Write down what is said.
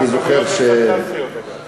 אני זוכר, הכמויות הן פנטסטיות, לדעתי.